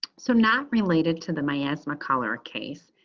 so not related to the miasma color case,